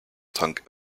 tank